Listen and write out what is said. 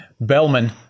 Bellman